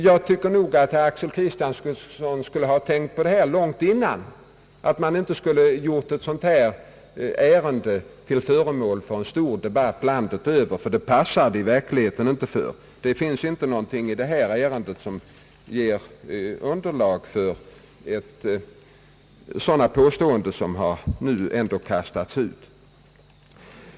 Jag tycker att herr Axel Kristiansson skulle ha tänkt på detta långt innan och att man inte skulle gjort ett ärende som detta till föremål för en stor debatt landet över, ty det passar det verkligen inte för. Det finns ingenting i detta ärende som ger underlag för sådana grova påståenden som nu ändå kastats fram.